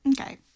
Okay